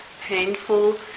painful